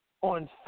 on